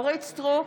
אורית מלכה סטרוק,